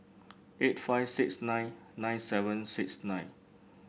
eight five six nine nine seven six nine